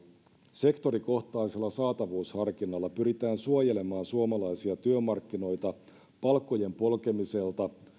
sektorikohtaisella saatavuusharkinnalla pyritään suojelemaan suomalaisia työmarkkinoita palkkojen polkemiselta